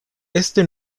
este